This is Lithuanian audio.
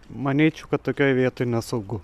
manyčiau kad tokioj vietoj nesaugu